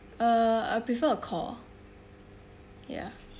uh I prefer a call ya